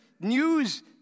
news